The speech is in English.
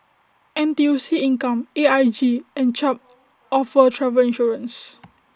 N T U C income A I G and Chubb offer travel insurance